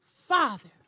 father